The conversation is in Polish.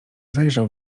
zajrzał